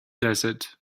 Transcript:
desert